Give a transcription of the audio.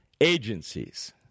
agencies